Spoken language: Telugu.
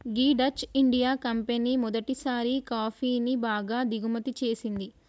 గీ డచ్ ఇండియా కంపెనీ మొదటిసారి కాఫీని బాగా దిగుమతి చేసింది